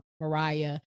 Mariah